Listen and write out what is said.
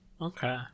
Okay